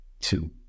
two